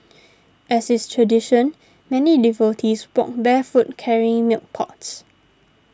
as is tradition many devotees walked barefoot carrying milk pots